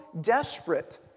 desperate